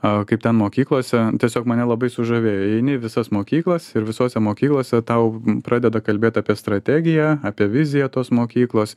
o kaip ten mokyklose tiesiog mane labai sužavėjo eini į visas mokyklas ir visose mokyklose tau pradeda kalbėti apie strategiją apie viziją tos mokyklos